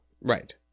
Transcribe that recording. Right